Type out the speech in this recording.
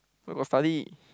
where got study